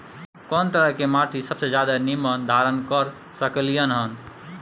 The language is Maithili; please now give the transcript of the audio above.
कोन तरह के माटी सबसे ज्यादा नमी धारण कर सकलय हन?